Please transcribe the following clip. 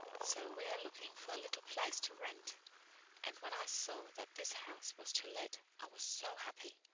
so we are looking for a little place to rent and when i saw that this house was to let i was so happy.